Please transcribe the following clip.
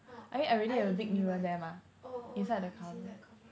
uh err you intending to buy oh oh yeah yeah it's inside the cupboard